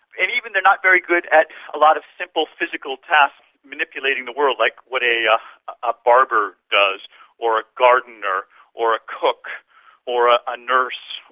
and even they are not very good at a lot of simple physical tasks, manipulating the world, like what a a barber does or a gardener or a cook or a a nurse,